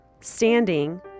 standing